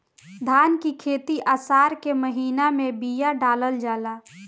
धान की खेती आसार के महीना में बिया डालल जाला?